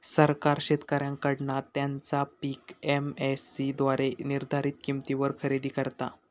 सरकार शेतकऱ्यांकडना त्यांचा पीक एम.एस.सी द्वारे निर्धारीत किंमतीवर खरेदी करता